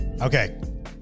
Okay